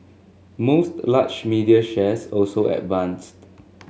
most large media shares also advanced